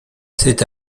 cet